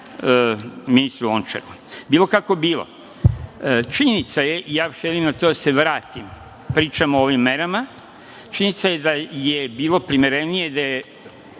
ministru Lončaru. Bilo kako bilo činjenica je, ja želim na to da se vratim, pričam o ovim merama, činjenica je da je bilo primerenije da je